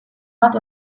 bat